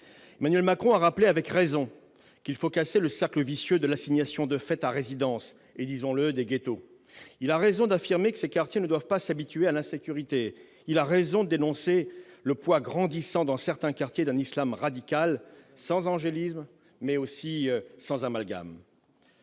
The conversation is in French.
Emmanuel Macron, a rappelé avec raison qu'il faut casser le cercle vicieux de l'assignation de fête à résidence et disons-le, des ghettos, il a raison d'affirmer que ce quartiers ne doivent pas s'habituer à la sécurité, il a raison, dénoncé le poids grandissant dans certains quartiers d'un Islam radical, sans angélisme mais aussi sans amalgame.